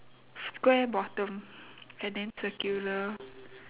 square bottom and then circular